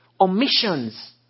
omissions